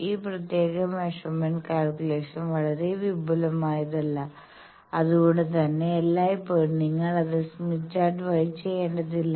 ഈ പ്രത്യേക measurement calculation വളരെ വിപുലമായതല്ല അതുകൊണ്ടുതന്നെ എല്ലായ്പ്പോഴും നിങ്ങൾ അത് സ്മിത്ത് ചാർട്ട് വഴി ചെയ്യേണ്ടതില്ല